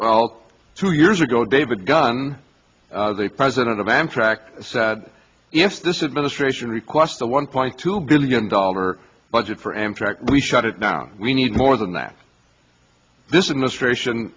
well two years ago david gun the president of amtrak said yes this is ministration request the one point two billion dollar budget for amtrak we shut it down we need more than that this administration